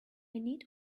need